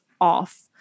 off